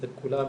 אצל כולם,